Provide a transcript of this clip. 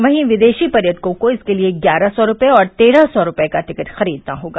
वहीं विदेशी पर्यटकों को इसके लिये ग्यारह सौ रूपये और तेरह सौ रूपये का टिकट खरीदना होगा